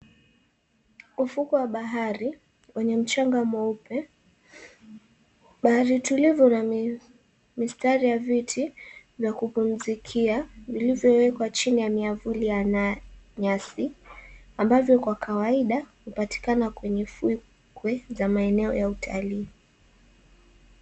Ufukwe wa bahari, wenye mchanga mweupe. Bahari tulivu na mi mistari ya viti vya kupumzikia vilivyowekwa chini ya miavuli ya na nyasi ambavyo kwa kawaida, hupatikana kwenye fukwe za maeneo za utalii.